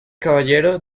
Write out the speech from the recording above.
caballero